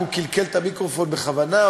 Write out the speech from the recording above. אם קלקל את המיקרופון בכוונה,